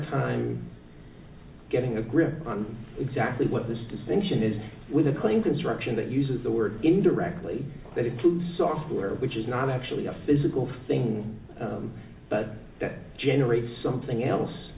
time getting a grip on exactly what this distinction is with a claim construction that uses the word indirectly that includes software which is not actually a physical thing but that generates something else